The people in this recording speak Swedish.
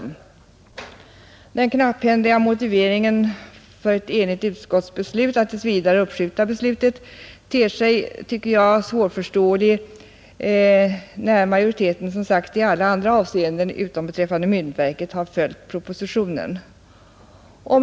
Den knapphändiga motiveringen för ett enhälligt utskotts ståndpunkt att tills vidare uppskjuta lokaliseringsbeslutet ter sig, tycker jag, svårförståelig, när majoriteten som sagt i alla andra avseenden utom beträffande myntverket har följt propositionen.